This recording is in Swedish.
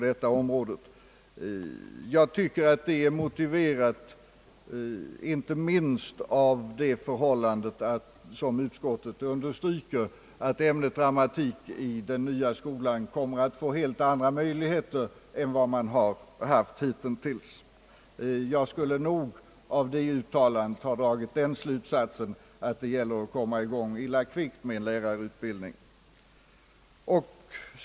Detta är motiverat inte minst av det förhållandet att utskottet understryker att ämnet dramatik i den nya skolan kommer att få helt andra möjligheter än hitintills. Av det uttalandet skulle jag vilja dra den slutsatsen, att det gäller att komma i gång illa kvickt med lärarutbildning.